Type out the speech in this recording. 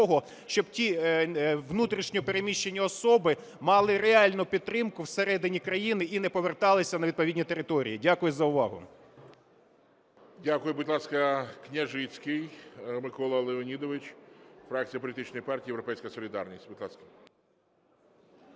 щоб ті внутрішньо переміщені особи мали реальну підтримку всередині країни і не поверталися на відповідні території. Дякую за увагу. ГОЛОВУЮЧИЙ. Дякую. Будь ласка, Княжицький Микола Леонідович, фракція політичної партії "Європейська солідарність". Будь ласка.